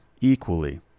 equally